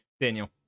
Daniel